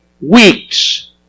Weeks